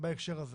בהקשר הזה